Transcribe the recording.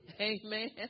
Amen